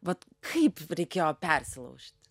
vat kaip reikėjo persilaužt